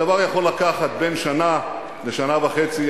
הדבר יכול לקחת בין שנה לשנה וחצי.